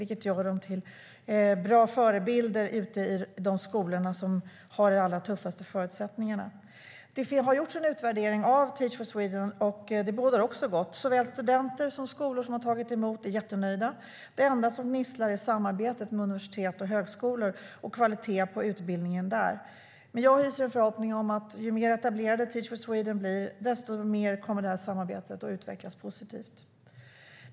Det gör dem till bra förebilder ute i de skolor som har de allra tuffaste förutsättningarna. Det har gjorts en utvärdering av Teach for Sweden som också bådar gott. Såväl studenter som skolor som tagit emot är jättenöjda. Det enda som gnisslar är samarbetet med universitet och högskolor och kvaliteten på utbildningen där. Jag hyser en förhoppning om att ju mer etablerat Teach for Sweden blir, desto mer kommer det samarbetet att utvecklas positivt.